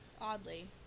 Oddly